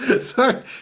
Sorry